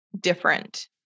different